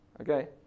Okay